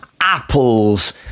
apples